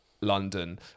london